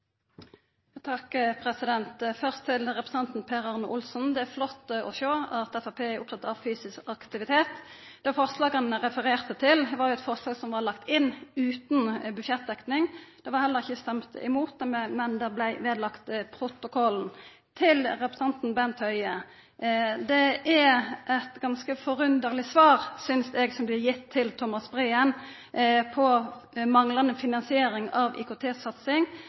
Først til representanten Per Arne Olsen: Det er flott å sjå at Framstegspartiet er opptatt av fysisk aktivitet. Det forslaget han refererte til, var eit forslag som var lagt inn utan budsjettdekning. Det blei heller ikkje stemt mot det, men det blei vedlagt protokollen. Til representanten Bent Høie: Det er eit ganske forunderleg svar, synest eg, som blir gitt til Thomas Breen på manglande finansiering av